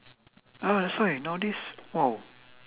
ah that's why nowadays !wow!